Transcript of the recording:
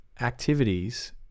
activities